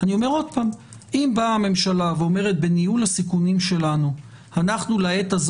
אם באה הממשלה ואומרת בניהול הסיכונים שלנו אנחנו לעת הזאת